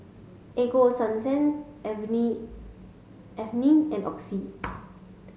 Ego Sunsense Avene Avene and Oxy